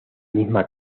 misma